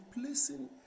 placing